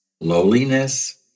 lowliness